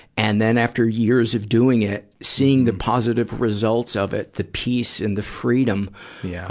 and then, after years of doing it, seeing the positive results of it, the peace and the freedom, yeah